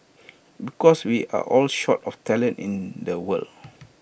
because we are all short of talent in the world